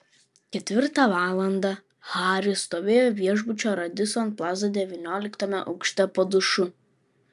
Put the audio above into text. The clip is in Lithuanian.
ketvirtą valandą haris stovėjo viešbučio radisson plaza devynioliktame aukšte po dušu